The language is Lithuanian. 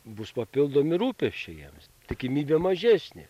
bus papildomi rūpesčiai jiems tikimybė mažesnė